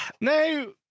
no